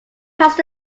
passed